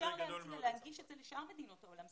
אפשר להנגיש את זה לשאר מדינות העולם.